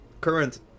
current